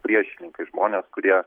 priešininkai žmonės kurie